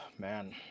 man